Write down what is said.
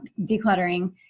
decluttering